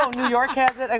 new york has it, like